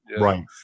Right